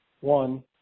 One